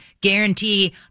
guarantee